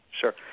Sure